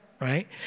right